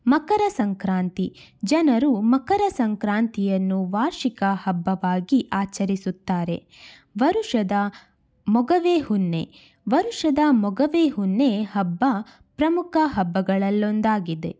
ಮಕರ ಸಂಕ್ರಾಂತಿ ಜನರು ಮಕರ ಸಂಕ್ರಾಂತಿಯನ್ನು ವಾರ್ಷಿಕ ಹಬ್ಬವಾಗಿ ಆಚರಿಸುತ್ತಾರೆ ವರುಷದ ಮೊಗವೆ ಹುನ್ನೆ ವರುಷದ ಮೊಗವೆ ಹುನ್ನೆ ಹಬ್ಬ ಪ್ರಮುಖ ಹಬ್ಬಗಳಲ್ಲೊಂದಾಗಿದೆ